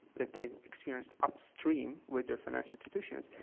that they've experienced upstream with their financial institutions,